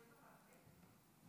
ההצעה להעביר את